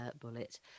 bullet